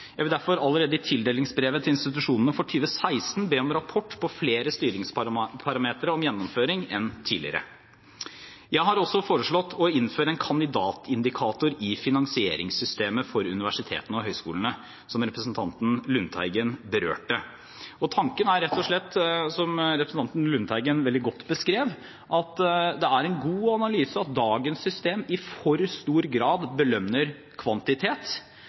Jeg vil derfor allerede i tildelingsbrevet til institusjonene for 2016 be om rapport om flere styringsparametere for gjennomføring enn tidligere. Jeg har også foreslått å innføre en kandidatindikator i finansieringssystemet for universitetene og høyskolene, som representanten Lundteigen berørte. Tanken er rett og slett, som representanten Lundteigen veldig godt beskrev, som er en god analyse, at dagens system i for stor grad belønner kvantitet,